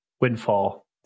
windfall